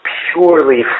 purely